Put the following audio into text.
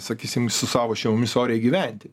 sakysim su savo šeimomis oriai gyventi